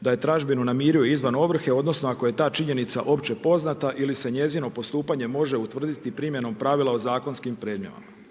da je tražbinu namirio izvan ovrhe, odnosno ako je ta činjenica opće poznata ili se njezino postupanje može utvrditi primjenom pravila o zakonskim predmetima.